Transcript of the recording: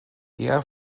eher